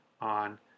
on